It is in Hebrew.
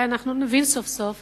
אולי אנחנו נבין סוף-סוף